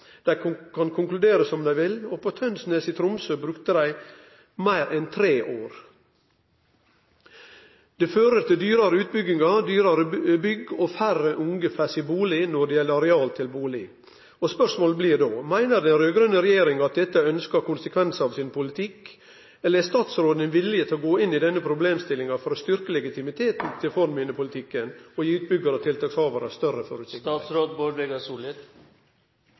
Dei kan konkludere som dei vil, og på Tønsnes i Tromsø brukte dei meir enn tre år. Det fører til dyrare utbyggingar, dyrare bygg og mindre areal slik at færre unge får bustad. Spørsmålet blir då: Meiner den raud-grøne regjeringa at dette er ønskte konsekvensar av deira politikk, eller er statsråden villig til å gå inn i denne problemstillinga for å styrkje legitimiteten til fornminnepolitikken og gi utbyggjarar og tiltakshavarar større føreseielegheit? Først må eg berre seie at eg er